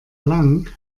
lang